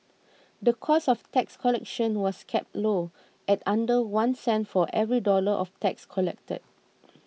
the cost of tax collection was kept low at under one cent for every dollar of tax collected